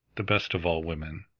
the best of all women,